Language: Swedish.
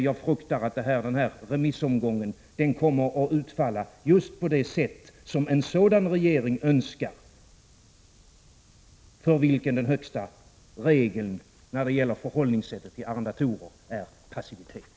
Jag fruktar att den här remissomgången kommer att utfalla just på det sätt som en sådan regering önskar för vilken den högsta regeln när det gäller förhållningssättet till arrendatorer är passivitet.